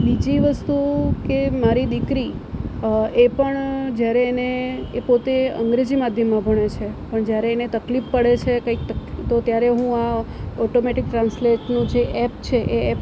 બીજી વસ્તુ કે મારી દીકરી એ પણ જ્યારે એને એ પોતે અંગ્રેજી માધ્યમમાં ભણે છે પણ જ્યારે એને તકલીફ પડે છે કંઈ તો ત્યારે હું આ ઓટોમેટિક ટ્રાન્સલેટનું જે એપ છે એ એપ